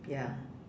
ya